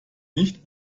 nicht